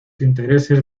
intereses